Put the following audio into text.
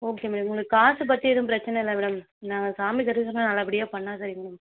okay madam உங்களுக்கு காசு பற்றி எதுவும் பிரச்சனை இல்லை மேடம் நான் சாமி தரிசனம் நல்லா படியாக பண்ணா சரிங்க மேம்